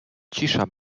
cisza